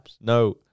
No